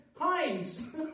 Heinz